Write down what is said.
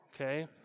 okay